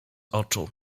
oczu